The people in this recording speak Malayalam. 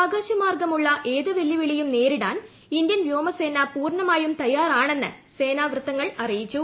ആക്യാശമാർഗമുള്ള ഏത് വെല്ലുവിളിയും നേരിടാൻ ഇന്ത്യൻ വ്യോമസ്സേന പൂർണ്ണമായും തയ്യാറാണെന്ന് സേനാവൃത്തങ്ങൾ അറിയിച്ചു